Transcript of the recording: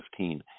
2015